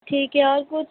ठीक है और कुछ